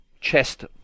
chest